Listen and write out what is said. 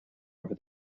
over